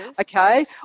okay